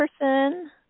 person